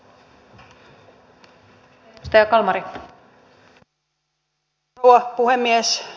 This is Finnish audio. arvoisa rouva puhemies